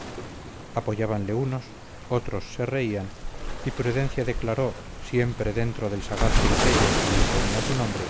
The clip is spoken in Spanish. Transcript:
bríos apoyábanle unos otros se reían y prudencia declaró siempre dentro del sagaz criterio que le imponía su nombre